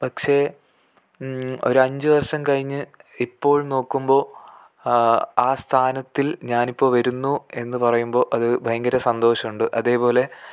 പക്ഷേ ഒരഞ്ച് വർഷം കഴിഞ്ഞ് ഇപ്പോൾ നോക്കുമ്പോൾ ആ സ്ഥാനത്തിൽ ഞാനിപ്പോൾ വരുന്നു എന്ന് പറയുമ്പോൾ അത് ഭയങ്കര സന്തോഷമുണ്ട് അതേപോലെ